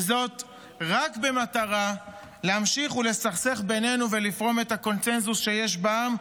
וזאת רק במטרה להמשיך ולסכסך בינינו ולפרום את הקונסנזוס שיש בעם,